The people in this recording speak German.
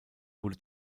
wurde